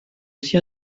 aussi